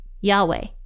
Yahweh